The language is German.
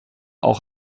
auch